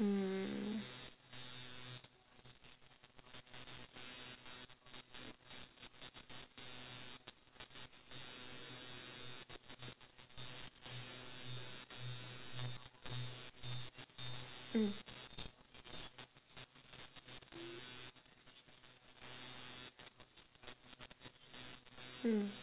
mm mm mm